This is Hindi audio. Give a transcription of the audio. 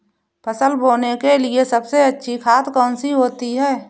फसल बोने के लिए सबसे अच्छी खाद कौन सी होती है?